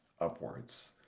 upwards